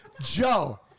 Joe